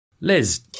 Liz